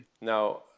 Now